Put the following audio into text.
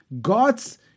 God's